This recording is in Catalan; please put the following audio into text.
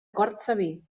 cortsaví